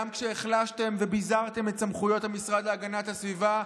גם כשהחלשתם וביזרתם את סמכויות המשרד להגנת הסביבה,